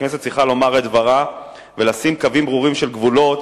הכנסת צריכה לומר את דברה ולשים קווים ברורים של גבולות,